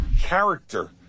Character